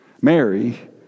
Mary